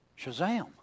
Shazam